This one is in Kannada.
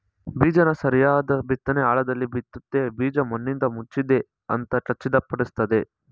ಬೀಜನ ಸರಿಯಾದ್ ಬಿತ್ನೆ ಆಳದಲ್ಲಿ ಬಿತ್ತುತ್ತೆ ಬೀಜ ಮಣ್ಣಿಂದಮುಚ್ಚಿದೆ ಅಂತ ಖಚಿತಪಡಿಸ್ತದೆ